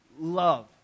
love